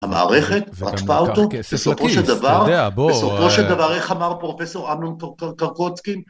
המערכת, רק פאוטו, בסופו של דבר, בסופו של דבר, איך אמר פרופסור אמנון קרקוצקין